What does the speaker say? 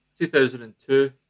2002